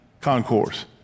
concourse